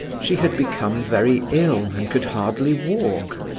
she had become very ill, and could hardly walk.